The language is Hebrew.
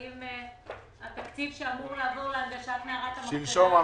האם התקציב שאמור לעבור להנגשת מערת המכפלה --- עבר שלשום.